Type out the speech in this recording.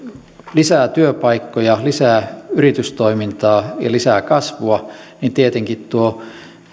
lisää työpaikkoja lisää yritystoimintaa ja lisää kasvua niin tietenkin tuo